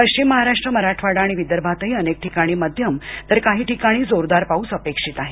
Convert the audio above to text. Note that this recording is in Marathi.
पश्चिम महाराष्ट्र मराठवाडा आणि विदर्भातही अनेक ठिकाणी मध्यम तर काही ठिकाणी जोरदार पाऊस अपेक्षित आहे